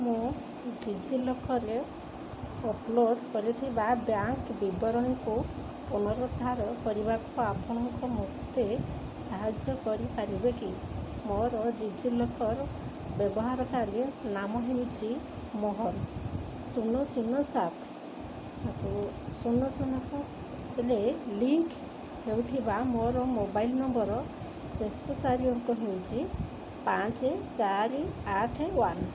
ମୁଁ digi ଲକର୍ରେ upload କରିଥିବା ବ୍ୟାଙ୍କ ବିବରଣୀକୁ ପୁନରୁଦ୍ଧାର କରିବାରେ ଆପଣ ମୋତେ ସାହାଯ୍ୟ କରିପାରିବେ କି ମୋର ଡି ଜି ଲକର୍ ବ୍ୟବହାରକାରୀ ନାମ ହେଉଛି ମୋହନ ଶୂନ ଶୂନ ସାତ ଶୂନ ଶୂନ ସାତରେ ଲିଙ୍କ ହୋଇଥିବା ମୋ ମୋବାଇଲ ନମ୍ବରର ଶେଷ ଚାରି ଅଙ୍କ ହେଉଛି ପାଞ୍ଚ ଚାରି ୱାନ୍